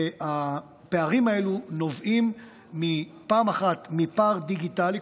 והפערים האלה נובעים פעם אחת מפער דיגיטלי,